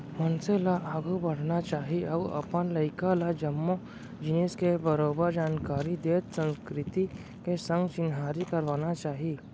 मनसे ल आघू बढ़ना चाही अउ अपन लइका ल जम्मो जिनिस के बरोबर जानकारी देत संस्कृति के संग चिन्हारी करवाना चाही